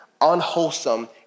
unwholesome